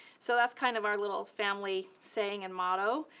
so that's kind of our little family saying and motto.